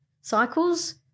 cycles